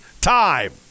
time